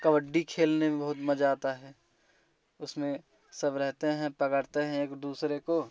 कबड्डी खेलने में बहुत मजा आता है उसमें सब रहते हैं पकड़ते हैं एक दूसरे को